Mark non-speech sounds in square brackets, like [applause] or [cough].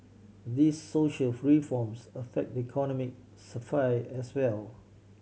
these social [unintelligible] reforms affect the economic sphere as well